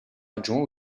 adjoint